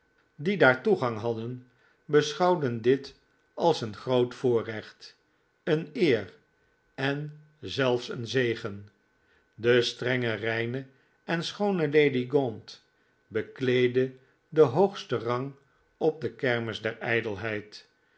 die daar toegang hadden beschouwden dit als een groot voorrecht een eer en zelfs een zegen de strenge reine en schoone lady gaunt bekleedde den hoogsten rang op de kermis der